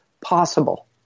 possible